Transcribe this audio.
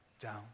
down